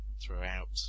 throughout